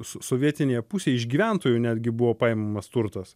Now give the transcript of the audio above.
so sovietinėje pusėj iš gyventojų netgi buvo paimamas turtas